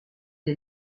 est